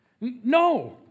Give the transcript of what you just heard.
No